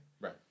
Right